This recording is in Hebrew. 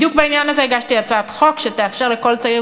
בדיוק בעניין הזה הגשתי הצעת חוק שתאפשר לכל צעיר